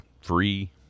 free